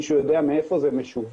מישהו יודע מאיפה זה משווק?